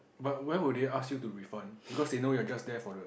but why will they ask you to refund because they know you're just there for the